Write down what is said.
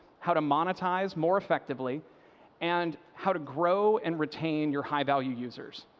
how to monetize more effectively and how to grow and retain your high-value users.